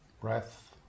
breath